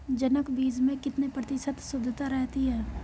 जनक बीज में कितने प्रतिशत शुद्धता रहती है?